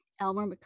Elmer